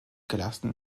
gelassen